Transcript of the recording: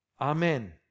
Amen